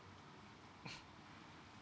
okay